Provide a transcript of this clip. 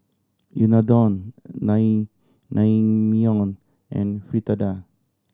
Unadon Naengmyeon and Fritada